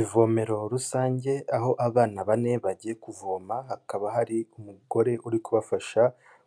Ivomero rusange aho abana bane bagiye kuvoma, hakaba hari umugore uri kubafasha